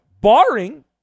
Barring